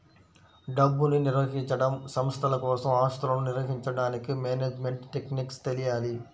డబ్బుని నిర్వహించడం, సంస్థల కోసం ఆస్తులను నిర్వహించడానికి మేనేజ్మెంట్ టెక్నిక్స్ తెలియాలి